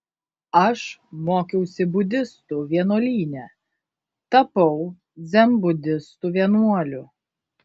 aš mokiausi budistų vienuolyne tapau dzenbudistų vienuoliu